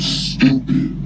stupid